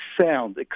sound